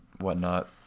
whatnot